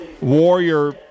warrior